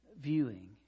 viewing